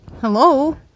Hello